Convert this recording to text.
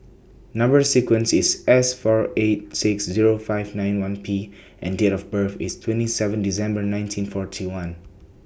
Number sequence IS S four eight six Zero five nine one P and Date of birth IS twenty seven December nineteen forty one